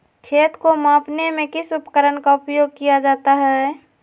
खेत को मापने में किस उपकरण का उपयोग किया जाता है?